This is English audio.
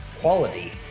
quality